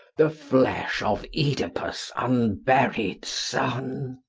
the flesh of oedipus' unburied son.